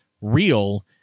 real